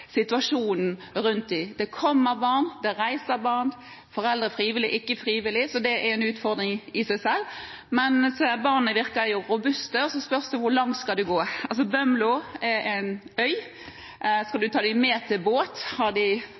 situasjonen rundt dem. Det kommer barn, og det reiser barn – foreldre frivillig eller ikke frivillig – det er en utfordring i seg selv. Barna virker robuste, men det spørs hvor langt man skal reise. Bømlo er en øy – skal man ta dem med i båt? Har de